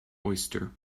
oyster